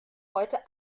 heute